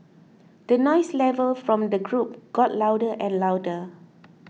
the noise level from the group got louder and louder